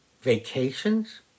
vacations